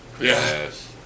Yes